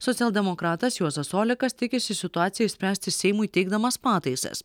socialdemokratas juozas olekas tikisi situaciją išspręsti seimui teikdamas pataisas